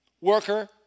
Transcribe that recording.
Worker